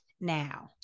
now